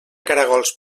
caragols